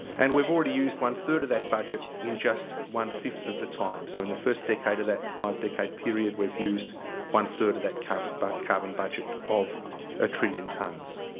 and we've already used one third of that budget in just one fifth of the time. so, in the first decade or that five decade period we've used one third of that carbon but carbon budget of a trillion tons.